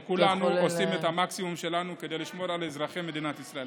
כולנו עושים את המקסימום כדי לשמור על אזרחי מדינת ישראל.